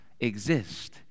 exist